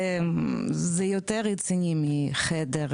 זה יותר רציני מחדר,